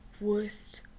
worst